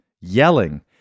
yelling